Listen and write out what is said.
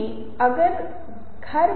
अब हम अगले घटक पर जाते हैं जो संदेश कारक है